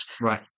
right